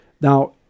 Now